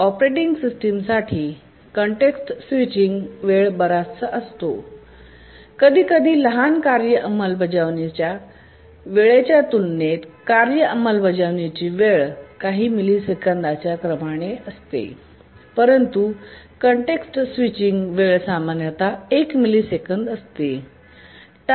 operating system साठी context switching वेळ बराचसा असतो कधीकधी लहान कार्य अंमलबजावणी च्या वेळेच्या तुलनेत कार्य अंमलबजावणीची वेळ काही मिलिसेकंदांच्या क्रमाने असते परंतु कॅन्टेक्सट स्विचिंग वेळ सामान्यत 1 मिलिसेकंद असतो